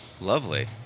Lovely